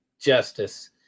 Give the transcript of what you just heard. justice